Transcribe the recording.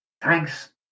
thanks